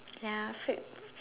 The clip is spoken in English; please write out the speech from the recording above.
ya fake